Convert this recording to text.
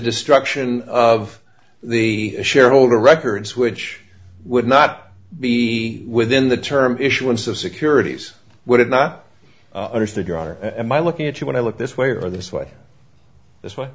destruction of the shareholder records which would not be within the term issuance of securities would have not understood your honor and my looking at you when i look this way or this way this way